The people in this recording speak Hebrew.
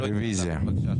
לא התקבלה.